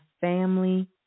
family